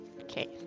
Okay